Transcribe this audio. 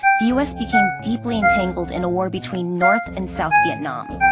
the u s. became deeply entangled in a war between north and south vietnam.